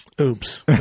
Oops